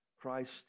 Christ